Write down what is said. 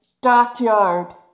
Dockyard